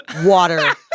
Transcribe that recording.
Water